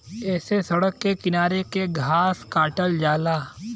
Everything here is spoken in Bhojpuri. ऐसे सड़क के किनारे के घास काटल जाला